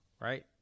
right